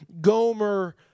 Gomer